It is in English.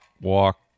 walk